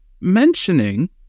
mentioning